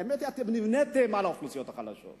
האמת היא שאתם נבניתם על האוכלוסיות החלשות.